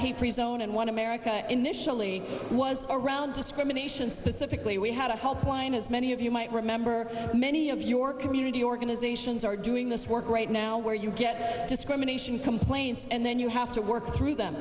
a free zone and want to merica initially was around discrimination specifically we had a helpline as many of you might remember many of your community organizations are doing this work right now where you get discrimination complaints and then you have to work through them